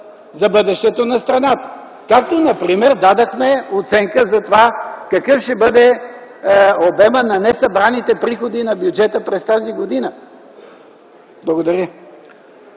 за бъдещето на страната. Както и, например, дадохме оценка за това какъв ще бъде обемът на несъбраните приходи на бюджета през тази година. Благодаря.